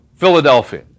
Philadelphia